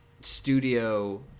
studio